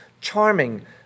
charming